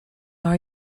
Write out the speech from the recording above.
are